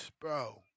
Bro